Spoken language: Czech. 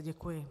Děkuji.